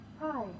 Hi